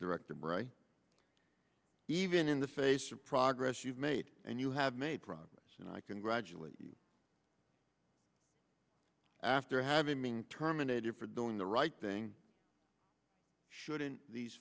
direct and bright even in the face of progress you've made and you have made progress and i congratulate you after having being terminated for doing the right thing shouldn't these